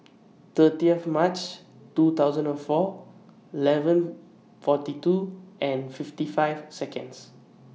thirtieth March two thousand and four eleven forty two and fifty five Seconds